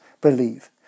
believe